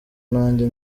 nanjye